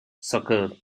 sucker